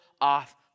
off